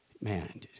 man